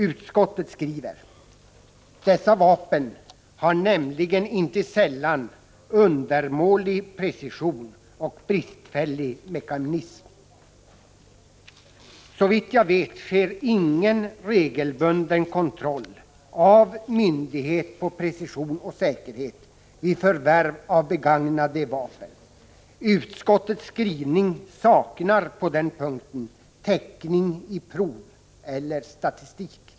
Utskottet skriver: ”Dessa vapen har nämligen inte sällan undermålig precision och bristfällig mekanism.” Såvitt jag vet sker ingen regelbunden kontroll av myndighet på precision och säkerhet vid förvärv av begagnade vapen. Utskottets skrivning saknar på den punkten täckning i prov eller statistik.